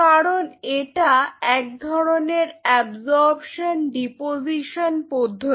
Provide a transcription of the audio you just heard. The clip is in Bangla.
কারণ এটা এক ধরনের অ্যাবসরপ্শন ডিপোজিশন পদ্ধতি